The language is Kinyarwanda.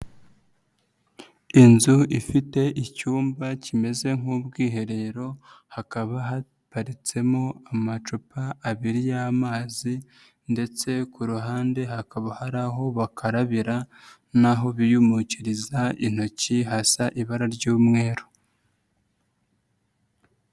Inzu ifite icyumba kimeze nk'ubwiherero hakaba haparitsemo amacupa abiri y'amazi ndetse ku ruhande hakaba hari aho bakarabira n'aho biyumukiriza intoki hasa ibara ry'umweru.